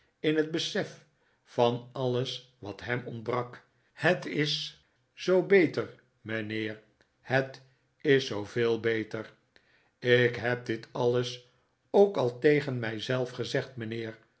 in het besef van alles wat hem ontbrak het is zoo beter mijnheer het is zoo veel beter ik heb dit alles ook al tegen mij zelf gezegd mijnheer